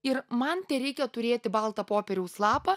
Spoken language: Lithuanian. ir man tereikia turėti baltą popieriaus lapą